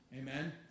Amen